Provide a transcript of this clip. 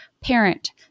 parent